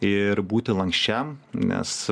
ir būti lanksčiam nes